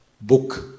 book